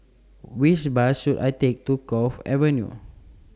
Which Bus should I Take to Cove Avenue